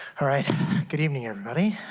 good evening everybody,